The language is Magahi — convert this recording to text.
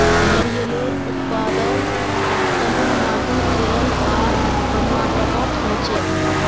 नारियलेर उत्पादन तामिलनाडू केरल आर कर्नाटकोत होछे